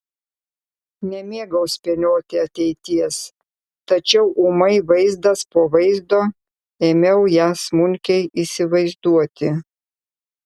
nemėgau spėlioti ateities tačiau ūmai vaizdas po vaizdo ėmiau ją smulkiai įsivaizduoti